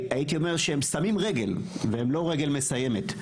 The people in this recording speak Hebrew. הייתי אומר שהם "שמים רגל" והם לא "רגל מסיימת",